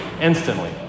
instantly